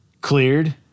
cleared